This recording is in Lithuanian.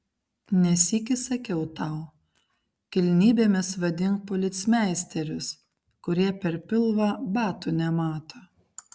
ne sykį sakiau tau kilnybėmis vadink policmeisterius kurie per pilvą batų nemato